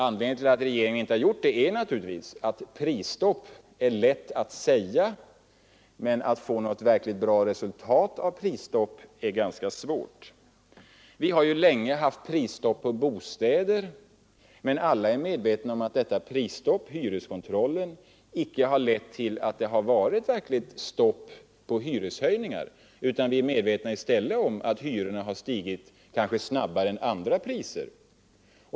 Anledningen till att regeringen inte har gjort det är naturligtvis att prisstopp är lätt att säga men att det är ganska svårt att få något verkligt bra resultat av ett prisstopp. Vi har länge haft prisstopp när det gäller bostäder, men alla är medvetna om att detta prisstopp — hyreskontrollen — icke har lett till något stopp för hyreshöjningarna. Hyrorna har i stället stigit kanske snabbare än andra priser.